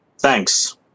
Thanks